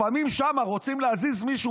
לפעמים שם רוצים להזיז מישהו,